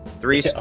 three